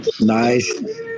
nice